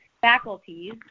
faculties